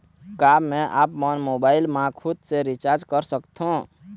का मैं आपमन मोबाइल मा खुद से रिचार्ज कर सकथों?